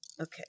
Okay